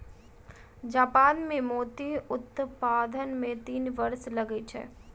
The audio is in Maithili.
जापान मे मोती उत्पादन मे तीन वर्ष लगै छै